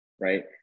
right